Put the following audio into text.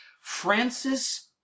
Francis